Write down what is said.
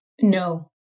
No